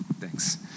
Thanks